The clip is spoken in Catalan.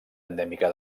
endèmica